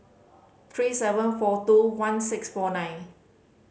three seven four two one six four nine